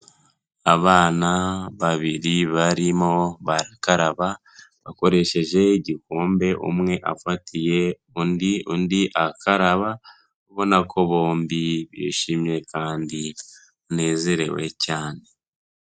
Abana babiri barimo barakaraba bakoresheje igikombe. Umwe afatiye undi, undi arakaraba ubona ko bombi bishimye kandi banezerewe cyane.